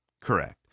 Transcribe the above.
Correct